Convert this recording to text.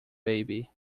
baby